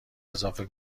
اضافه